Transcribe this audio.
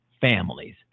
families